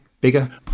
bigger